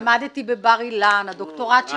למדתי בבר אילן, הדוקטורט שלי הוא מבר אילן.